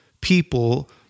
people